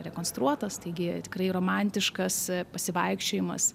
rekonstruotas taigi tikrai romantiškas pasivaikščiojimas